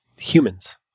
humans